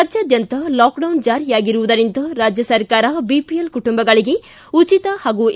ರಾಜ್ಯಾದ್ವಂತ lockdown ಜಾರಿಯಾಗಿರುವುದರಿಂದ ರಾಜ್ಯ ಸರ್ಕಾರವು ಬಿಪಿಎಲ್ ಕುಟುಂಬಗಳಿಗೆ ಉಚಿತ ಹಾಗೂ ಎ